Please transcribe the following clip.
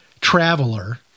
Traveler